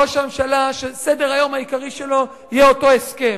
ראש הממשלה, שסדר-היום העיקרי שלו יהיה אותו הסכם,